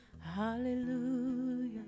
Hallelujah